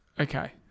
Okay